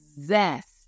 zest